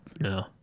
No